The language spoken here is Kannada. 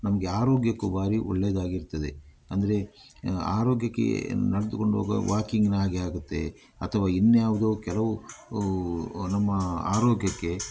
ನಮಗೆ ಆರೋಗ್ಯಕ್ಕೂ ಬಾರಿ ಒಳ್ಳೇದಾಗಿರ್ತದೆ ಅಂದರೆ ಆರೋಗ್ಯಕ್ಕೆ ನಡೆದುಕೊಂಡು ಹೋಗುವಾಗ ವಾಕಿಂಗ್ನೂ ಆಗಿಯೇ ಆಗುತ್ತೆ ಅಥವಾ ಇನ್ನು ಯಾವುದೋ ಕೆಲವು ನಮ್ಮ ಆರೋಗ್ಯಕ್ಕೆ